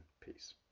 Peace